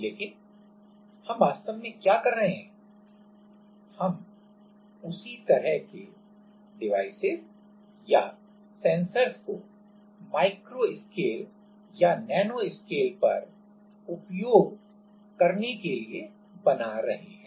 लेकिन हम वास्तव ने क्या कर रहे हैं हम उसी तरह के डिवाइस या सेंसर माइक्रोस्केल या नैनोस्केल पर उपयोग करने के लिए बना रहे हैं